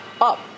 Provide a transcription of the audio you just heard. up